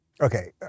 Okay